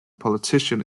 politician